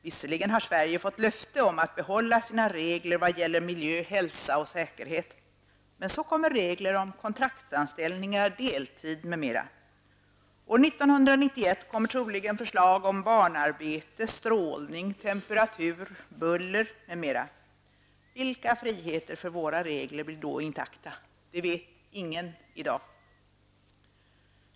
Visserligen har Sverige fått löfte om att behålla sina regler vad gäller miljö, hälsa och säkerhet, men till detta kommer regler om kontraktsanställningar, deltid m.m. År 1991 kommer troligen förslag om barnarbete, strålning, temperatur, buller m.m. Vilka friheter för våra regler blir då intakta? Det vet ingen i dag.